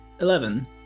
eleven